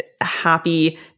happy